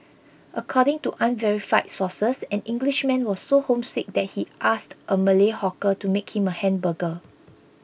according to unverified sources an Englishman was so homesick that he asked a Malay hawker to make him a hamburger